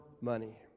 money